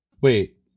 Wait